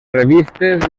revistes